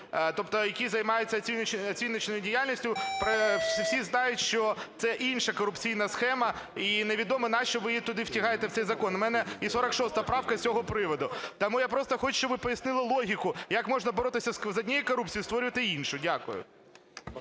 тобто які займаються оціночною діяльністю? Всі знають, що це інша корупційна схема, і невідомо, нащо ви її туди втягуєте, в цей закон. У мене і 46 правка з цього приводу. Тому я просто хочу, щоб ви пояснили логіку, як можна боротися з однією корупцією і створювати іншу. Дякую.